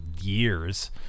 years